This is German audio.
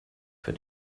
für